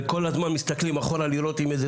וכל הזמן מסתכלים אחורה לראות אם איזה